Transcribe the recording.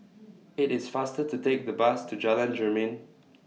IT IS faster to Take The Bus to Jalan Jermin